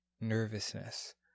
nervousness